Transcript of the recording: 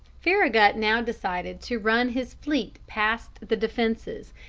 farragut now decided to run his fleet past the defences,